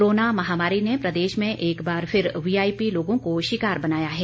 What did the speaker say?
corona महामारी ने प्रदेश में एक बार फिर वीआईपी लोगों को शिकार बनाया है